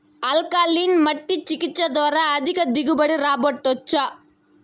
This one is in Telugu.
ఆల్కలీన్ మట్టి చికిత్స ద్వారా అధిక దిగుబడి రాబట్టొచ్చా